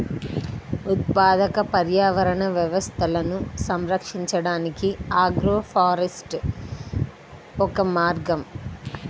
ఉత్పాదక పర్యావరణ వ్యవస్థలను సంరక్షించడానికి ఆగ్రోఫారెస్ట్రీ ఒక మార్గం